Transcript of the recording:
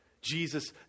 Jesus